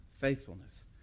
faithfulness